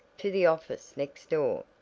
to the office next door.